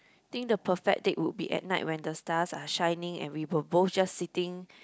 think the perfect date would be at night when the stars are shining and we were both just sitting